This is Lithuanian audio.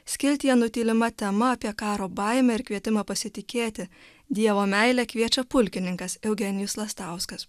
skiltyje nutylima tema apie karo baimę ir kvietimą pasitikėti dievo meile kviečia pulkininkas eugenijus lastauskas